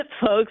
folks